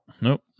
Nope